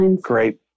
Great